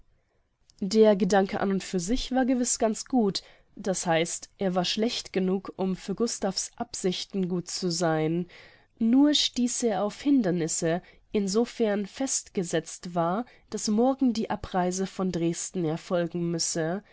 der gedanke an und für sich war gewiß ganz gut das heißt er war schlecht genug um für gustav's absichten gut zu sein nur stieß er auf hindernisse in so fern festgesetzt war daß morgen die abreise von dresden erfolgen müsse